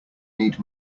need